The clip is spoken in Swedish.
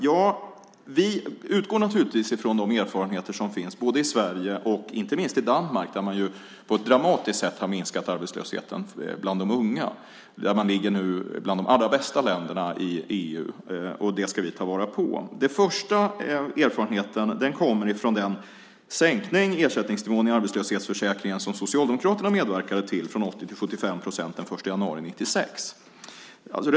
Ja, vi utgår naturligtvis från de erfarenheter som finns både i Sverige och, inte minst, i Danmark, där man dramatiskt har minskat arbetslösheten bland de unga. Nu är Danmark ett av de allra bästa länderna i EU i det avseendet. Sådant ska vi ta vara på. Den första erfarenheten kommer från den sänkning av ersättningsnivån i arbetslöshetsförsäkringen som Socialdemokraterna medverkade till, från 80 till 75 procent den 1 januari 1996.